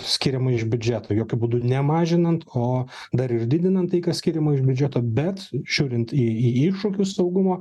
skiriama iš biudžeto jokiu būdu nemažinant o dar ir didinant tai kas skiriama iš biudžeto bet žiūrint į į iššūkius saugumo